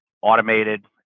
automated